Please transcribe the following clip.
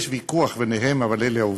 יש ויכוח ביניהם, אבל אלה העובדות.